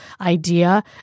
idea